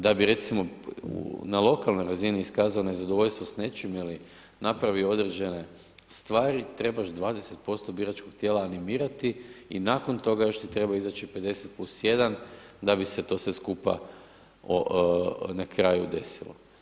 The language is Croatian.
Da bi recimo na lokalnoj razini iskazao nezadovoljstvo s nečim ili napravio određene stvari trebaš 20% biračkog tijela animirati i nakon toga još ti treba izaći 50 plus 1 da bi se sve to skupa na kraju desilo.